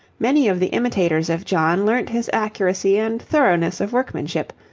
many of the imitators of john learnt his accuracy and thoroughness of workmanship,